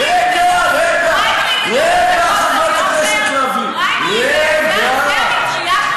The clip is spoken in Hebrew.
אה, אז פריימריז זה תירוץ לחוסר יושר?